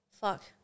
Fuck